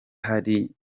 hari